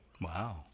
Wow